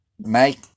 make